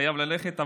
חייב ללכת.